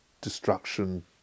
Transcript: destruction